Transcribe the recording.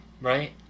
Right